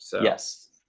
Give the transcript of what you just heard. Yes